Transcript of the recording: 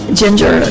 ginger